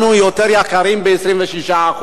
אנחנו יותר יקרים ב-26%.